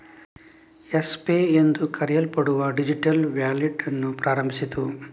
Yes Pay ಎಂದು ಕರೆಯಲ್ಪಡುವ digital wallet ಅನ್ನು ಪ್ರಾರಂಭಿಸಿತು